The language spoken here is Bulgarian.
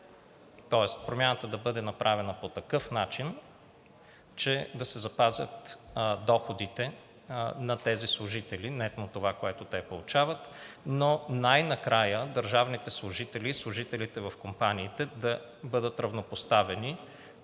Тоест промяната да бъде направена по такъв начин, че да се запазят доходите на тези служители – нетно това, което те получават, но най-накрая държавните служители и служителите в компаниите да бъдат равнопоставени